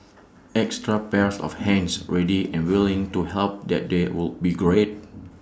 extra pairs of hands ready and willing to help that day would be great